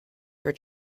for